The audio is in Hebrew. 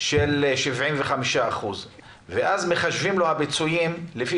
של 75% ואז מחשבים לו את הפיצויים לפי